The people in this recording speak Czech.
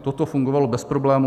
Toto fungovalo bez problémů.